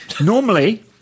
normally